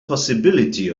possibility